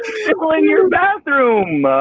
in your bathroom.